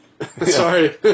Sorry